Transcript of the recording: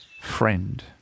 friend